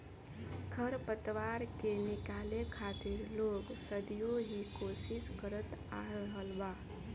खर पतवार के निकाले खातिर लोग सदियों ही कोशिस करत आ रहल बा